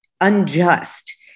unjust